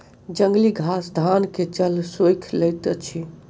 जंगली घास धान के जल सोइख लैत अछि